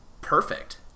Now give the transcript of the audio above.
perfect